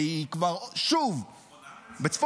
והיא כבר שוב --- בצפון הארץ?